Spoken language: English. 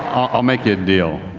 i'll make you a deal.